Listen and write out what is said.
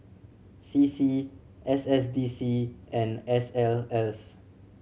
C C S S D C and S L S